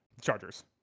Chargers